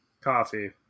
Coffee